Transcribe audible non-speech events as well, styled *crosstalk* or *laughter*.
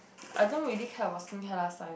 *noise* I don't really care about skincare last time